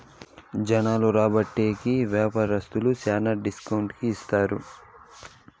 జనాలు రాబట్టే కి వ్యాపారస్తులు శ్యానా డిస్కౌంట్ కి ఇత్తారు